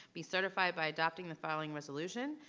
be certified by adopting the following resolution.